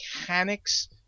mechanics